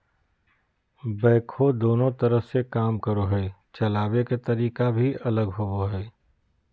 backhoe दोनों तरह से काम करो हइ, चलाबे के तरीका भी अलग होबो हइ